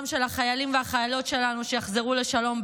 של החיילים והחיילות שלנו שיחזרו לשלום,